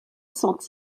sont